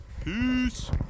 Peace